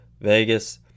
Vegas